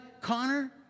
Connor